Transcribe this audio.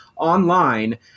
online